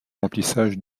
remplissage